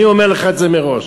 אני אומר לך את זה מראש.